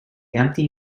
empty